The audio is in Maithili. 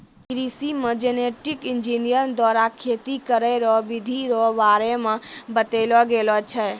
कृषि मे जेनेटिक इंजीनियर द्वारा खेती करै रो बिधि रो बारे मे बतैलो गेलो छै